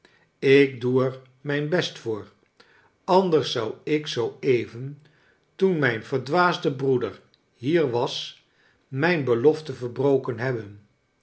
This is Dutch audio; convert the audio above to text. ik doe er mijn best voor anders zou ik zoo even toen mijn verdwaasde broeder hier was mijn belofte verbroken hebben